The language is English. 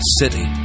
city